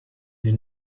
wir